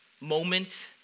moment